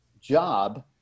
job